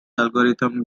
algorithm